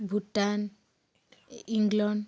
Bhutan England